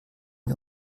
wir